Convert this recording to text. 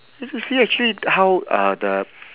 you see actually how uh the